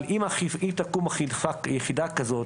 אבל אם תקום יחידה כזאת,